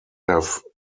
have